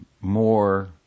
more